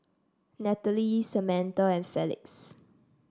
Nathalie Samatha and Felix